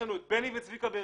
בני וצביקה בהרצליה,